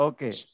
Okay